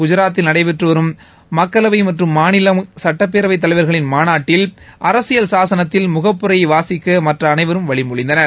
குஜராத்தில் நடைபெற்று மக்களவை மற்றும் மாநில சட்டப்பேரவை தலைவர்களின் மாநாட்டில் அரசியல் சாசனத்தில் முகப்புரையை வாசிக்க மற்ற அனைவரும் வழிமொழிந்தனர்